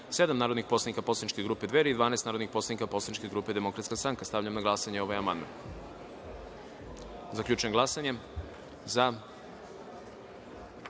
narodnih poslanik poslaničke grupe Dveri i 12 narodnih poslanika poslaničke grupe Demokratska stranka. Stavljam na glasanje ovaj amandman. Zaključujem glasanje i